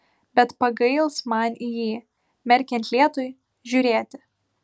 bet pagails man į jį merkiant lietui žiūrėti